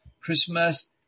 Christmas